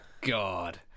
God